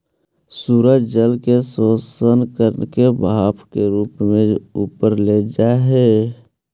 सूरज जल के शोषण करके भाप के रूप में ऊपर ले जा हई